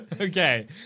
Okay